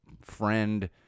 friend